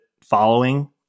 following